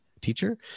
teacher